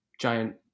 giant